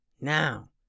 Now